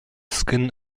skin